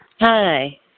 hi